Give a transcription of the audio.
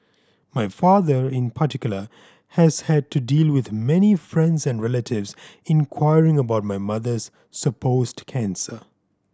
my father in particular has had to deal with many friends and relatives inquiring about my mother's supposed cancer